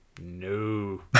No